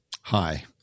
Hi